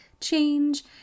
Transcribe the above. change